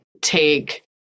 take